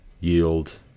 yield